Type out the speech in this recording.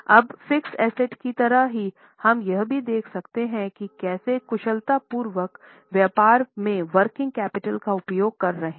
अब fix asset की तरह ही हम यह भी देख सकते हैं कि कैसे कुशलतापूर्वक व्यापार में वर्किंग कैपिटल का उपयोग कर रहा है